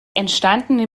entstandene